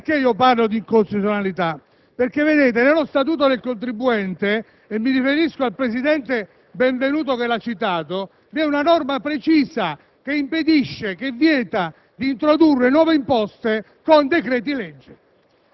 ha gettato la maschera e ha reintrodotto l'imposta di successione. Perché parlo di incostituzionalità? Perché nello Statuto del contribuente - mi riferisco al presidente Benvenuto che lo ha citato - vi è una disposizione precisa,